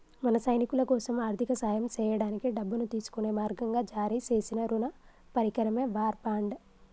మన సైనికులకోసం ఆర్థిక సాయం సేయడానికి డబ్బును తీసుకునే మార్గంగా జారీ సేసిన రుణ పరికరమే వార్ బాండ్